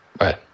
Right